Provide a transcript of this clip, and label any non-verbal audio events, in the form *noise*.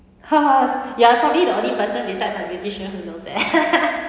ha ha you are probably the only person beside my beautician who knows *laughs*